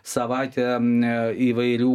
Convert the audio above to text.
savaitę įvairių